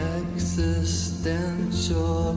existential